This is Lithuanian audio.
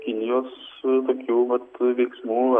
kinijos tokių vat veiksmų